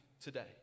today